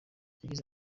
yagize